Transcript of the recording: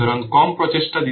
সুতরাং কম প্রচেষ্টা দিতে হবে